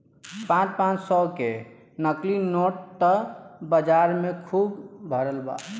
पाँच पाँच सौ के नकली नोट त बाजार में खुब भरल बा